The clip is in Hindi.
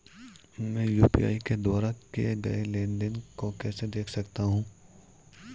मैं यू.पी.आई के द्वारा किए गए लेनदेन को कैसे देख सकता हूं?